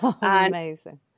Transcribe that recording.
Amazing